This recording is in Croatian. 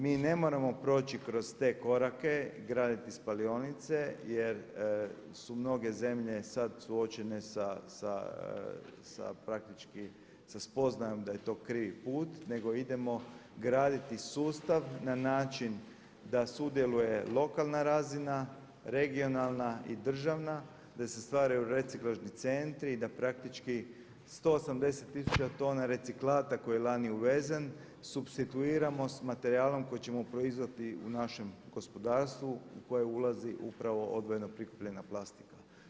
Mi ne moramo proći kroz te korake, graditi spalionice jer su mnoge zemlje sad suočene sa praktički sa spoznajom da je to krivi put, nego idemo graditi sustav na način da sudjeluje lokalna razina, regionalna i državna, da se stvaraju reciklažni centri i da praktički 180 tisuća tona reciklata koje je lani uvezen supstituiramo s materijalom koji ćemo proizvesti u našem gospodarstvu u koje ulazi upravo odvojeno prikupljena plastika.